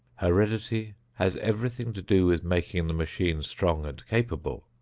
heredity has everything to do with making the machine strong and capable,